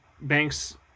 Banks